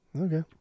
Okay